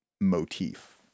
motif